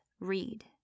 read